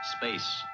Space